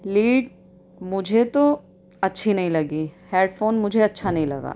lead مجھے تو اچھی نہیں لگی ہیڈ فون مجھے اچھا نہیں لگا